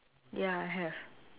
ya have